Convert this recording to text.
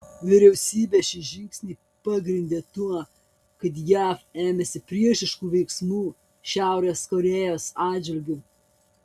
vyriausybė šį žingsnį pagrindė tuo kad jav ėmėsi priešiškų veiksmų šiaurės korėjos atžvilgiu